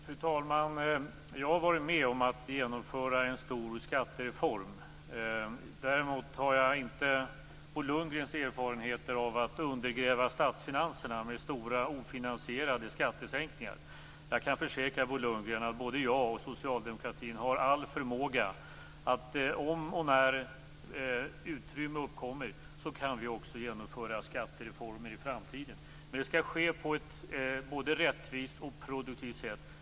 Fru talman! Jag har varit med om att genomföra en stor skattereform. Däremot har jag inte Bo Lundgrens erfarenheter av att undergräva statsfinanserna med stora ofinansierade skattesänkningar. Jag kan försäkra Bo Lundgren att både jag och socialdemokratin har all förmåga att om och när utrymme uppkommer genomföra skattereformer i framtiden. Men det skall ske på ett både rättvist och produktivt sätt.